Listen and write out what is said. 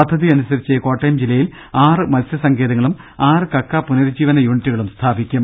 പദ്ധതിയനുസരിച്ച് കോട്ടയം ജില്ലയിൽ ആറ് മത്സ്യ സങ്കേതങ്ങളും ആറ് കക്കാ പുനരുജ്ജീവന യൂണിറ്റുകളും സ്ഥാപിക്കും